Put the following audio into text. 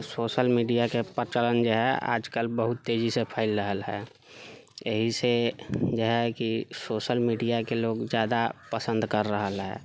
आ सोशल मीडियाके प्रचलन जे है आजकल बहुत तेजीसँ फैल रहल है एहिसँ जे है कि सोशल मीडियाके लोग जादा पसन्द कर रहल है